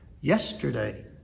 yesterday